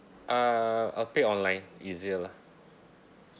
uh I'll pay online easier lah